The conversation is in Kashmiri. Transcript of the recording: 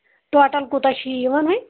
ٹوٹل کوٗتاہ چھُ یِوان وۅنۍ